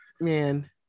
Man